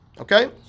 okay